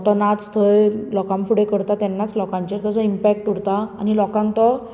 तो नाच थंय लोकां फुडें करता तेन्नाच लोकांचेर तेचो इम्पेक्ट उरता आनी लोकांक तो